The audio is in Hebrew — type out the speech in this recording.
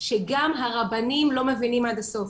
שגם הרבנים לא מבינים עד הסוף.